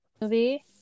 movie